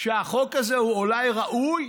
שהחוק הזה הוא אולי ראוי,